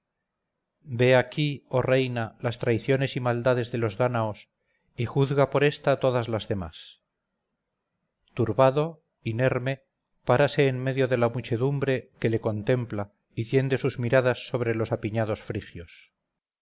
ve aquí oh reina las traiciones y maldades de los dánaos y juzga por esta todas las demás turbado inerme párase en medio de la muchedumbre que le contempla y tiende sus miradas sobre los apiñados frigios